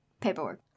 paperwork